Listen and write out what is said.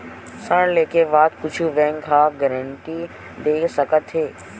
ऋण लेके बाद कुछु बैंक ह का गारेंटी दे सकत हे?